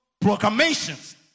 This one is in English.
proclamations